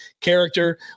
character